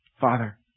Father